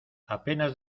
apenas